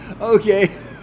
Okay